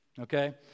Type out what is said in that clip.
Okay